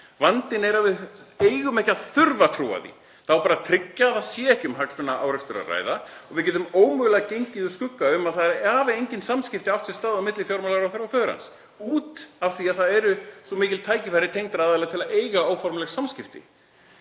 Vandinn er að við eigum ekki að þurfa trúa því, það á bara að tryggja að ekki sé um hagsmunaárekstra að ræða. Við getum ómögulega gengið úr skugga um að engin samskipti hafi átt sér stað á milli fjármálaráðherra og föður hans af því að það eru svo mikil tækifæri tengdra aðila til að eiga óformleg samskipti.